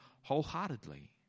wholeheartedly